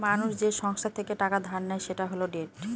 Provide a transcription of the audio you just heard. মানুষ যে সংস্থা থেকে টাকা ধার নেয় সেটা হল ডেট